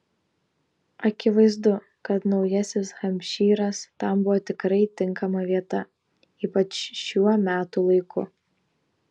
akivaizdu kad naujasis hampšyras tam buvo tikrai tinkama vieta ypač šiuo metų laiku